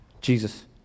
Jesus